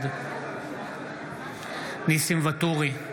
בעד ניסים ואטורי,